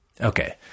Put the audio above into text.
Okay